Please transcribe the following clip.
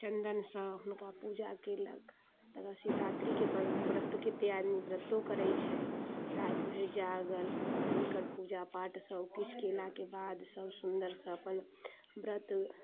चन्दनसँ हुनका पूजा केलक तकर शिवरात्रिके व्रतके तैयारी व्रतो करै छै राति भरि जागल हुनकर पूजा पाठ सब किछु केलाके बाद सब सुन्दरसँ अपन व्रत